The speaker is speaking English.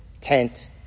tent